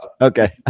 Okay